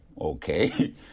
okay